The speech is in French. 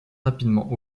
rapidement